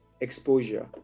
exposure